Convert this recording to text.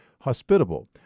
hospitable